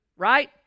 right